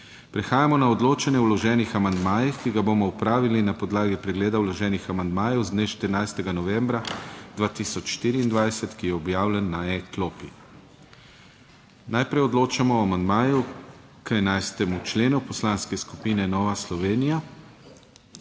Prehajamo na odločanje o vloženih amandmajih, ki ga bomo opravili na podlagi pregleda vloženih amandmajev z dne 14. novembra 2024, ki je objavljen na e-klopi. Najprej odločamo o amandmaju k 11. členu Poslanske skupine Nova Slovenija.